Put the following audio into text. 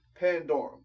Pandorum